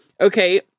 Okay